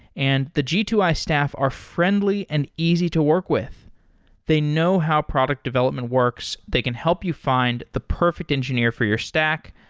and the g two i staff are friendly and easy to work with they know how product development works. they can help you find the perfect engineer for your stack,